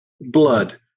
blood